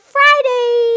Friday